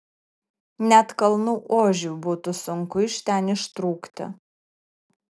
net kalnų ožiui būtų sunku iš ten ištrūkti